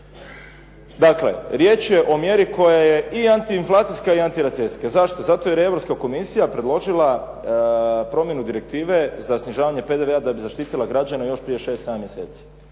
Dakle, riječ je o mjeri koja je i antiinflacijska i antirecesijska. Zašto? Zato jer je Europska komisija predložila promjenu direktive za snižavanje PDV-a da bi zaštitila građane još prije šest,